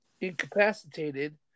incapacitated